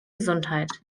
gesundheit